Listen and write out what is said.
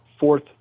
fourth